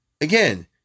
Again